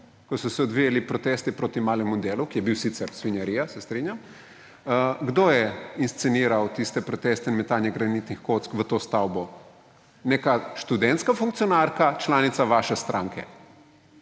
ko so se odvijali protesti proti malem delu, ki je bil sicer svinjarija, se strinjam. Kdo je insceniral tiste proteste metanja granitnih kock v to stavbo? Neka študentska funkcionarka, članica vaše stranke.